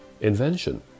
invention